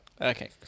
Okay